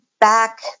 back